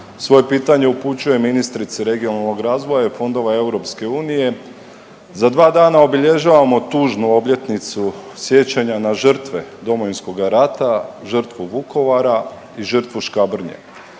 Svoje pitanje upućujem ministrici regionalnog razvoja i fondova EU. Za 2 dana obilježavamo tužbu obljetnicu sjećanja na žrtve Domovinskoga rada, žrtvu Vukovara i žrtvu Škabrnje.